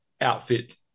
outfit